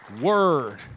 word